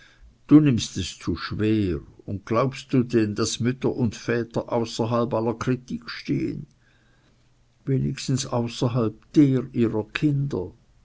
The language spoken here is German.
du nimmst es zu schwer und glaubst du denn daß mütter und väter außerhalb aller kritik stehen wenigstens außerhalb der ihrer kinder